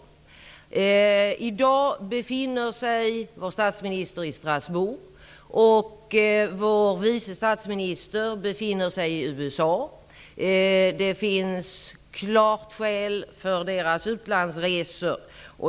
I dag befinner sig vår statsminister i Strasbourg. Vår vice statsminister befinner sig i USA. Det finns klart skäl för deras utlandsresor.